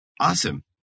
Awesome